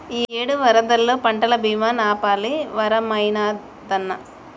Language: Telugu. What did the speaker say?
ఇయ్యేడు వరదల్లో పంటల బీమా నాపాలి వరమైనాదన్నా